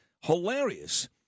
hilarious